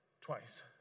twice